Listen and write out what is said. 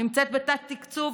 הנמצאת בתת-תקצוב,